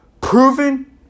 Proven